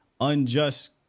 unjust